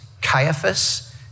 Caiaphas